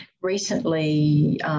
recently